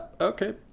Okay